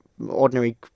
Ordinary